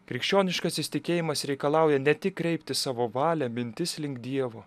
krikščioniškasis tikėjimas reikalauja ne tik kreipti savo valią mintis link dievo